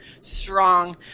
strong